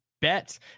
bet